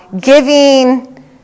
giving